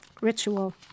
ritual